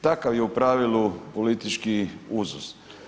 Takav je u pravilu politički uzus.